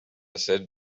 sit